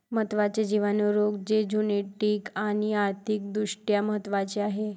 महत्त्वाचे जिवाणू रोग जे झुनोटिक आणि आर्थिक दृष्ट्या महत्वाचे आहेत